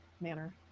manner